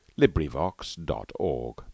LibriVox.org